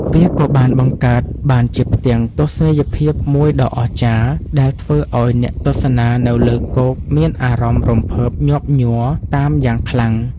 វាក៏បានបង្កើតបានជាផ្ទាំងទស្សនីយភាពមួយដ៏អស្ចារ្យ ដែលធ្វើឱ្យអ្នកទស្សនានៅលើគោកមានអារម្មណ៍រំភើបញាប់ញ័រតាមយ៉ាងខ្លាំង។